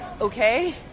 okay